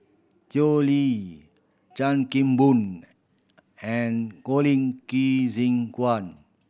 Tao Li Chan Kim Boon and Colin Qi Zhe Quan